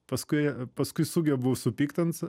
paskui paskui sugebu supykt ant sa